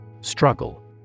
Struggle